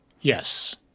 Yes